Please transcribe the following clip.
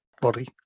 body